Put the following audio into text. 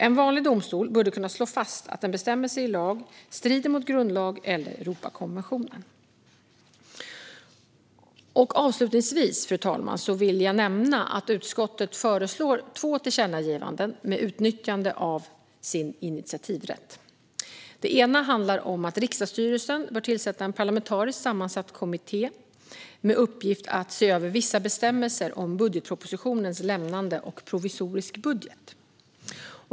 En vanlig domstol bör då kunna slå fast att en bestämmelse i lag strider mot grundlag eller Europakonventionen. Fru talman! Avslutningsvis vill jag nämna att utskottet föreslår två tillkännagivanden med utnyttjande av sin initiativrätt. Det ena handlar om att riksdagsstyrelsen bör tillsätta en parlamentariskt sammansatt kommitté med uppgift att se över vissa bestämmelser om budgetpropositionens lämnande och provisorisk budget.